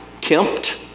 tempt